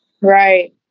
Right